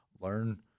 learn